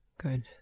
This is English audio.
good